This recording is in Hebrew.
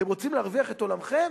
אתם רוצים להרוויח את עולמכם?